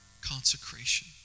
consecration